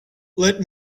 let